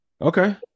okay